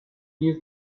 نیز